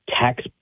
tax